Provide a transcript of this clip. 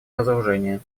разоружения